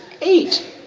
eight